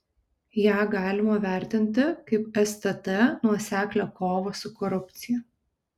ją galima vertinti kaip stt nuoseklią kovą su korupcija